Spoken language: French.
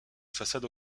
façade